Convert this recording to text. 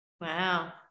Wow